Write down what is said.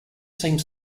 seems